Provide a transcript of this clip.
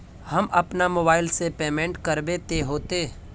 हम अपना मोबाईल से पेमेंट करबे ते होते?